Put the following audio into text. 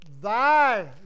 Thy